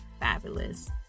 fabulous